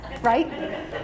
right